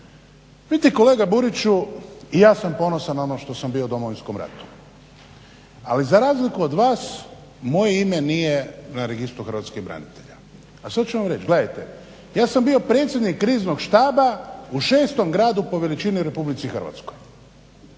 Vidite kolega Buriću i ja sam ponosan na ono što sam bio u Domovinskom ratu. Ali za razliku od vas moje ime nije na Registru hrvatskih branitelja. A sad ću vam reć', gledajte. Ja sam bio predsjednik Kriznog štaba u šestom gradu po veličini u RH.